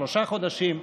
שלושה חודשים,